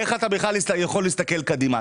איך אתה בכלל יכול להסתכל קדימה.